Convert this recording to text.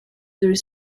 though